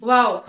Wow